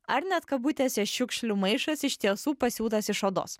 ar net kabutėse šiukšlių maišas iš tiesų pasiūtas iš odos